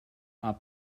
are